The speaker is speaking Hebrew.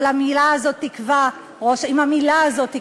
אבל עם המילה הזאת,